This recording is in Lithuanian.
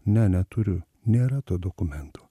ne neturiu nėra to dokumento